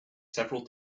several